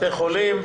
בתי חולים,